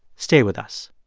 stay with us